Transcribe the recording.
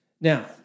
Now